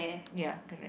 ya correct